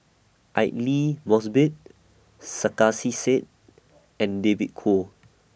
Aidli Mosbit Sarkasi Said and David Kwo